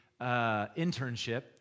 internship